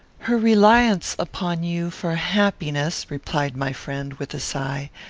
her reliance upon you for happiness, replied my friend, with a sigh,